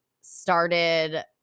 started